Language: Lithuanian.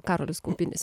karolis kaupinis